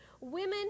women